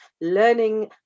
learning